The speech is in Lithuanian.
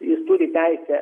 jis turi teisę